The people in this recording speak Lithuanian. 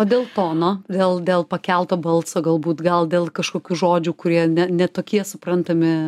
o dėl tono dėl dėl pakelto balso galbūt gal dėl kažkokių žodžių kurie ne tokie suprantami